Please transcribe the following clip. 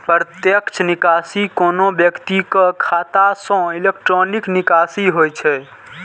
प्रत्यक्ष निकासी कोनो व्यक्तिक खाता सं इलेक्ट्रॉनिक निकासी होइ छै